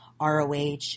ROH